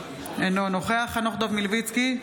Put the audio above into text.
בעד חנוך דב מלביצקי,